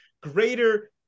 greater